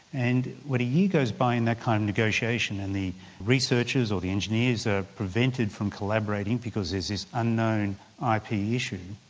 and when a year goes by in that kind of negotiation and the researchers or the engineers are prevented from collaborating because there's this unknown ah ip yeah issue,